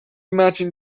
matching